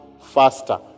faster